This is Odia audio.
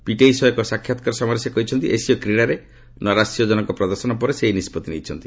ପିଟିଆଇ ସହ ଏକ ସାକ୍ଷାତ୍କାର ସମୟରେ ସେ କହିଛନ୍ତି ଏସୀୟ କ୍ରୀଡ଼ାରେ ନୈରାଶ୍ୟଜନକ ପ୍ରଦର୍ଶନ ପରେ ସେ ଏହି ନିଷ୍କଭି ନେଇଛନ୍ତି